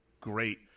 great